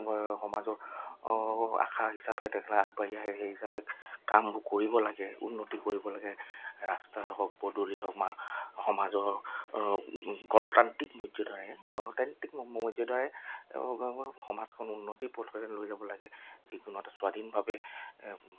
সমাজৰ আশা হিচাপে তেখেতৰ আগবাঢ়ি আহে সেই হিচাপে কামবোৰ কৰিব লাগে উন্নতি কৰিব লাগে ৰাস্তা হওক পদূলি হওক আমাৰ সমাজৰ গণতান্ত্ৰিক মৰ্যদাৰে গণতান্ত্ৰিক মৰ্যদাৰেই সমাজখন উন্নতি পথলৈ লৈ যাব লাগে যিকোনো এটা স্বাধীনভাৱে